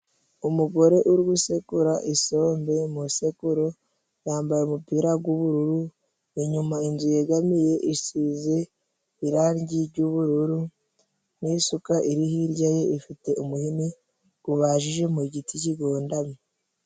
Umugore uri gusekura isombe mu isekuru. Yambaye umupira gu ubururu, inyuma inzu yegamiye isize irangi jy'ubururu n'isuka iri hirya ye ifite umuhini gubajije mu giti kigondamye.